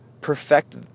perfect